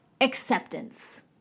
acceptance